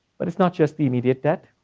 but it's not just the immediate debt,